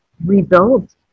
rebuild